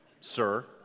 sir